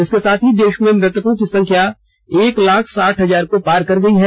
इसके साथ ही देश में मृतकों की संख्या एक लाख साठ हजार को पार कर गई है